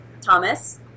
Thomas